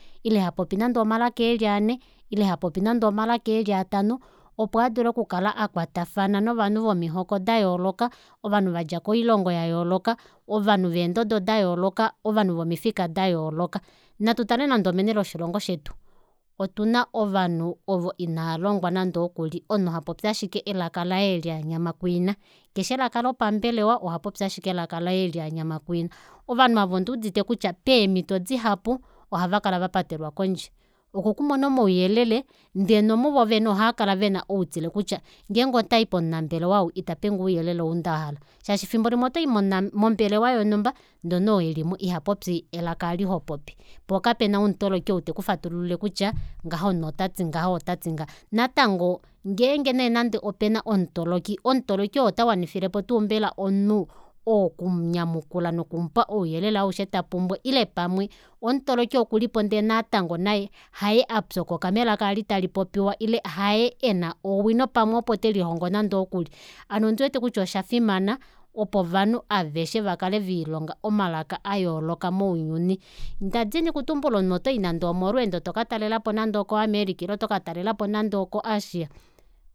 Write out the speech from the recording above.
Ile hapopi nande omalaka eli anhe ile hapopi nande omalaka eli atanho opo adule okukala akwatafana novanhu vomihoko dayooloka ovanhu vadja koilongo yayooloka ovanhu veendododo dayooloka ovanhu vomifika dayooloka natutale nande omeni loshilongo shetu otuna ovanhu ovo inaalongwa nande okuli omunhu hapopi ashike elaka laye olo anyama kwiina keshi elaka lopambelewa ohapopi ashike elaka laye olo anyama kwiina ovanhu aava onduudite kutya peemito dihapu ohavakala vapatelwa kondje okukumona omauyelele ndee nomuvo vene ohavakala vena outile kutya ngeenge ondayi pomunambelwa ou itapenge ouyelele ou ndahala shaashi shaashi efimbo limwe otoyi mombelewa yonhumba ndee omunhu ou elimo ihapopi elaka aali hopopi pookapena omutoloki oo tekufatululile kutya ngaha omunhu otati ngaha otati ngaha natango ngeenge nee opena omutoloki omutoloki oo otawanifilepo tuu mbela omunhu oo okumunyamukula nokumupa ouyelele aushe tapumbwa ile pamwe ile pamwe omutoloki okulipo ndee haye apyokoka melaka eli talipopiwa ile aye ena owino pamwe opo telihongo nande ookuli hano ondiwete kutya oshafimana opo ovanhu aveshe vakale velilonga omalaka ayooloka mounyuni ndadini okutumbula omunhu otoyi nande omolweendo tokatalelepo nande oko america ile oto katalelapo nande oko asia